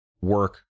work